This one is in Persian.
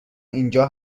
اینجا